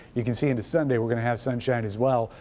you can see into sunday we'll have sun yeah as well.